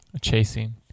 chasing